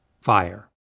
fire